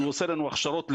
הוא עושה לנו הכשרות לגננות,